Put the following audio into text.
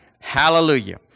Hallelujah